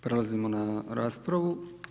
Prelazimo na raspravu.